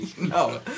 No